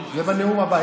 זה בנאום הבא.